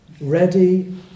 ready